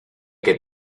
que